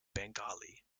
bengali